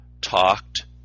talked